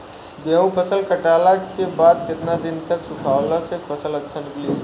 गेंहू फसल कटला के बाद केतना दिन तक सुखावला से फसल अच्छा निकली?